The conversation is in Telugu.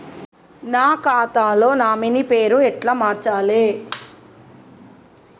నా ఖాతా లో నామినీ పేరు ఎట్ల మార్చాలే?